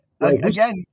again